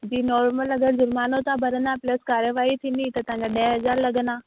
जी normal अगरि जुर्मानो था भरंदा प्लस कार्यवाही थींदी त तव्हांजा ॾह हज़ार लॻंदा